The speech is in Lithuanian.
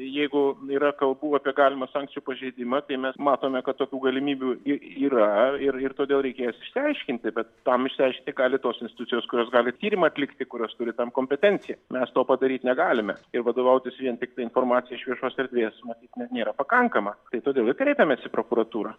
jeigu yra kalbų apie galimą sankcijų pažeidimą tai mes matome kad tokių galimybių i yra ir ir todėl reikia jas išsiaiškinti bet tam išsiaiškinti gali tos institucijos kurios gali tyrimą atlikti kurios turi tam kompetenciją mes to padaryt negalime ir vadovautis vien tik tai informacija iš viešos erdvės matyt ne nėra pakankama tai todėl ir kreipėmės į prokuratūrą